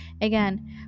again